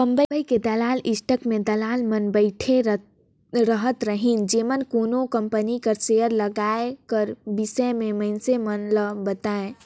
बंबई के दलाल स्टीक में दलाल मन बइठे रहत रहिन जेमन कोनो कंपनी कर सेयर लगाए कर बिसे में मइनसे मन ल बतांए